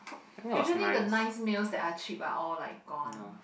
usually the nice meals that are cheap are all like gone